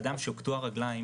אדם שקטוע רגליים